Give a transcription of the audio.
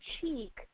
cheek